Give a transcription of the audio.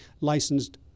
licensed